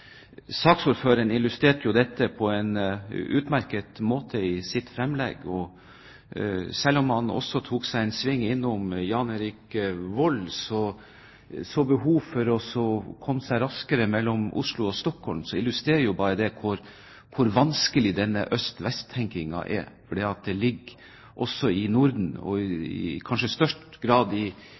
Saksordføreren illustrerte dette på en utmerket måte i sitt innlegg, og selv om han tok seg en sving innom Jan Erik Volds behov for å komme seg raskere mellom Oslo og Stockholm, illustrerer det bare hvor vanskelig denne øst–vest-tenkningen er, fordi det også ligger i den nordiske – og kanskje i størst grad i